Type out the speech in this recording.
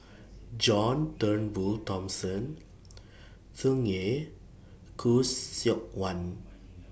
John Turnbull Thomson Tsung Yeh Khoo Seok Wan